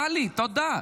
תודה טלי, תודה.